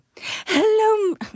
Hello